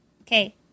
Okay